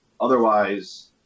Otherwise